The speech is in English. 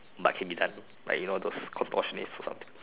but can be done like you know those or some